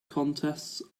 contests